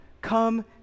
Come